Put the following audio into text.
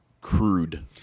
crude